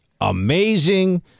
amazing